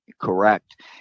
correct